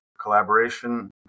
collaboration